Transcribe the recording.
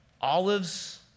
olives